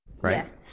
Right